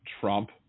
Trump